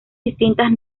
distintas